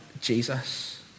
Jesus